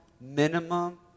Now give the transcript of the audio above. minimum